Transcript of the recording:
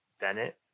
Bennett